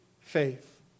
faith